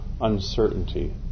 uncertainty